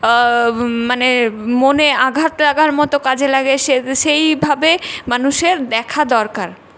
মানে মনে আঘাত লাগার মতো কাজে লাগে সে সেইভাবে মানুষের দেখা দরকার